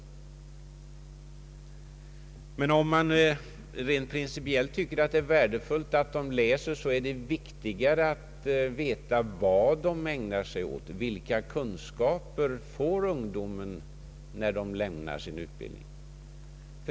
Om man rent principiellt anser att det är värdefullt med ökade kunskaper, är det än viktigare att veta vad ungdomarna läser, vilka kunskaper de har när de slutar sin utbildning.